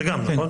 זה גם נכון?